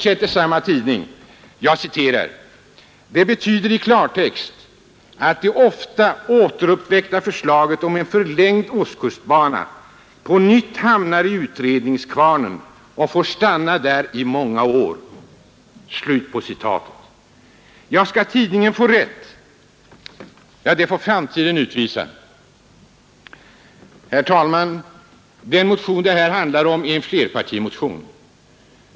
Samma tidning fortsätter: ”Det betyder i klartext, att det så ofta återuppväckta förslaget om en förlängd Ostkustbana på nytt hamnar i utredningskvarnen och får stanna där i många år framåt.” Skall tidningen få rätt? Ja, det får framtiden utvisa. Herr talman! Den motion det här handlar om är en flerpartimotion.